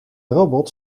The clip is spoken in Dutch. robot